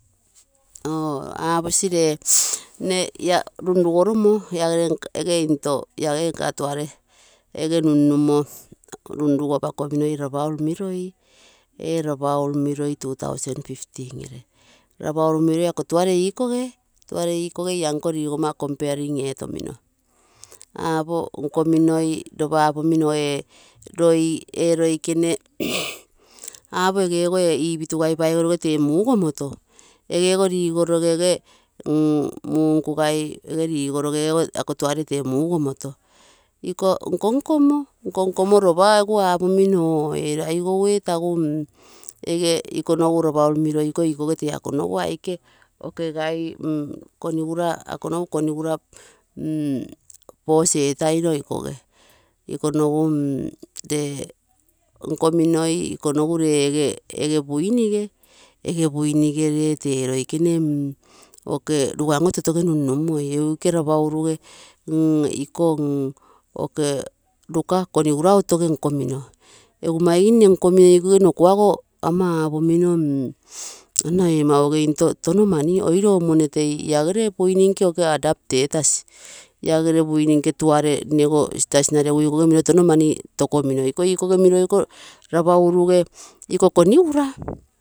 Oo, apo, ree, nne runrugoromo nne lagere nka tuare ege nunmumo, runrugo apa kominoi ee rabaul miroi, two thou fifteen gere, rabaul miroi, ako tuare ikoge ia nko rigomma comparing etomino, apoi nkominoi lopa apomino ee, ee loikene, apo egego ee ipitugai paigoroge tee mugomoto egego, ee ligoroge mm ee munkugal paigoroge ako tuare tee mugomoto iko nko, nkomo, lopa apomino ee aigou ee tagu, ikonogu rabaul miroi, iko ikoge tee akonogu aike, konigura, akonogu konigura boss etaine, kiko nogu ree ikonogu ree ege buin see ree tee rugan oo totoge, egu mm iko ruka konigurau totoge nkomino egu maigim nne onkomino ikoge nno kuago ama apomino ana ee mau ee into tono mani, oiro mmo tei lagere burn nke oke adapt etasi, laagere buini nke tuare sitasi regu nnego miro ikoge tono mani tokomino. Rabaul gee iko konigura.